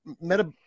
meta